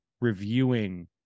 reviewing